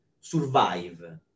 survive